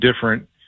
different